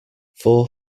four